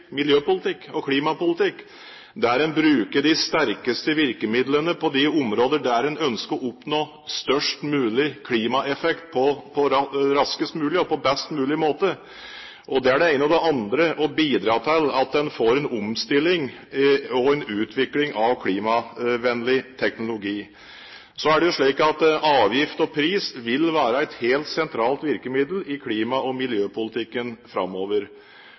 miljøpolitikk og klimapolitikk, der en bruker de sterkeste virkemidlene på de områder der en ønsker å oppnå størst mulig klimaeffekt på raskest mulig og på best mulig måte. Det er det ene. Det andre er å bidra til at en får en omstilling og en utvikling av klimavennlig teknologi. Så er det jo slik at avgift og pris vil være et helt sentralt virkemiddel i klima- og miljøpolitikken framover.